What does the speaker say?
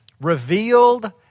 revealed